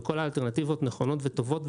וכל האלטרנטיבות נכונות וטובות,